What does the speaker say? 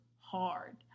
hard